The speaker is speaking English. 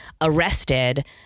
arrested